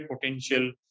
potential